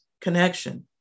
connection